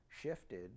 shifted